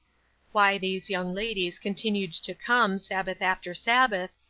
why these young ladies continued to come sabbath after sabbath,